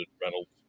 Reynolds